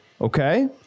Okay